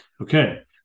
Okay